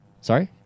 Sorry